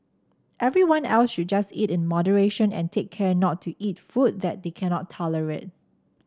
everyone else should just eat in moderation and take care not to eat food that they cannot tolerate